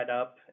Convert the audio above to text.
up